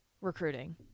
recruiting